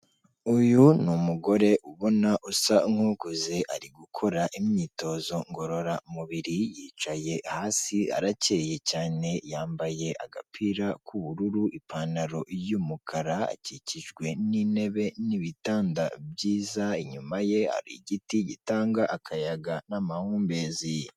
Uyu ni umugore ubona usa nk'ukuze ari gukora imyitozo ngororamubiri, yicaye hasi arakeyeye cyane yambaye agapira k'ubururu, ipantaro y'umukara, akikijwe n'intebe n'ibitanda byiza, inyuma ye hari igiti gitanga akayaga n'amahumbezi.